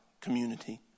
community